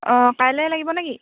অঁ কাইলৈ লাগিব নে কি